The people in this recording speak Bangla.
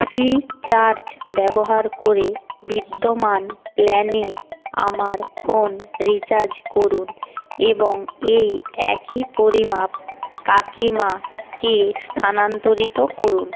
ফ্রি চার্জ ব্যবহার করে বিদ্যমান প্ল্যানে আমার ফোন রিচার্জ করুন এবং এই একই পরিমাপ কাকিমাকে স্থানান্তরিত করুন